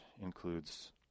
includes